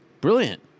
Brilliant